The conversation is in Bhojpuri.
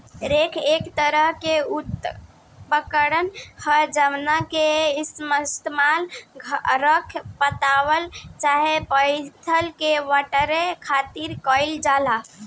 रेक एक तरह के उपकरण ह जावना के इस्तेमाल खर पतवार चाहे पतई के बटोरे खातिर कईल जाला